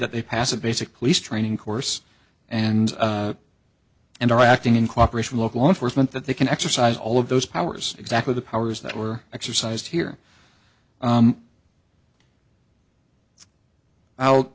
that they pass a basic police training course and and are acting in cooperation local law enforcement that they can exercise all of those powers exactly the powers that were exercised here